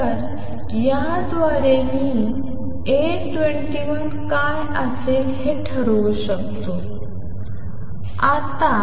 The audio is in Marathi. तर याद्वारे मी A21 काय असेल हे ठरवू शकतो